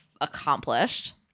accomplished